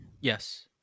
yes